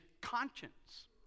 conscience